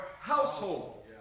Household